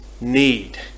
need